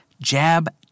jab